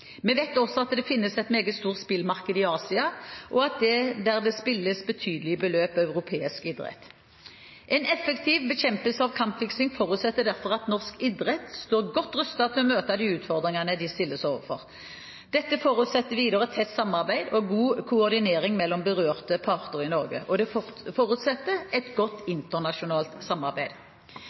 Vi vet også at det finnes et meget stort spillmarked i Asia, og at det der spilles betydelige beløp på europeisk idrett. En effektiv bekjempelse av kampfiksing forutsetter derfor at norsk idrett står godt rustet til å møte de utfordringene de stilles overfor. Dette forutsetter videre tett samarbeid og god koordinering mellom berørte parter i Norge, og det forutsetter et godt internasjonalt samarbeid.